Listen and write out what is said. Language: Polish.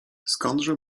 skądże